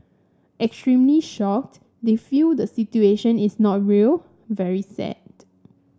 extremely shocked they feel the situation is not real very sad